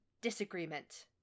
disagreement